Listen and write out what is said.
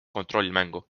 kontrollmängu